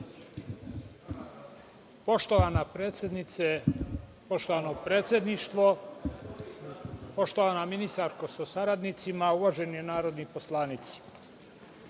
Poštovana predsednice, poštovano predsedništvo, poštovana ministarko sa saradnicima, uvaženi narodni poslanici,